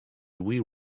wheel